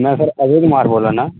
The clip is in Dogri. में सर अजय कुमार बोल्ला ना